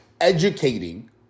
educating